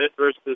versus